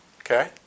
okay